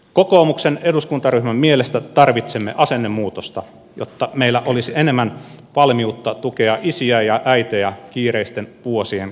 kokoomuksen eduskuntaryhmän mielestä tarvitsemme asennemuutosta jotta meillä olisi enemmän valmiutta tukea isiä ja äitejä kiireisten vuosien keskellä